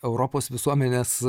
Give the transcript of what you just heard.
europos visuomenės